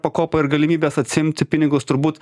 pakopa ir galimybės atsiimti pinigus turbūt